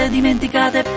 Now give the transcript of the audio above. dimenticate